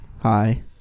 Hi